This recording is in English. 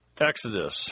Exodus